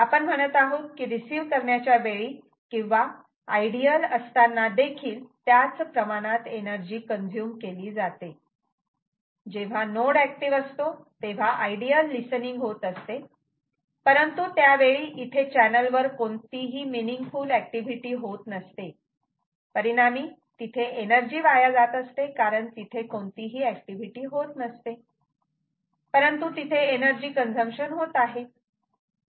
आपण म्हणत आहोत की रिसीव्ह करण्याच्या वेळी किंवा आयडियल असताना देखील त्याच प्रमाणात एनर्जी कंज्यूम केली जाते जेव्हा नोड एक्टीव्ह असतो तेव्हा आयडियल लिसनिंग होत असते परंतु त्यावेळी इथे चॅनल वर कोणतीही मिनिंगफुल एक्टिविटी होत नसते परिणामी तिथे एनर्जी वाया जात असते कारण इथे कोणतीही एक्टिव्हिटी होत नसते परंतु तिथे एनर्जी कंझम्पशन होत आहे